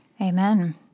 Amen